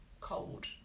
cold